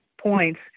points